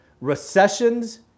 Recessions